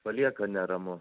palieka neramu